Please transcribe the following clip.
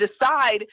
decide